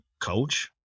coach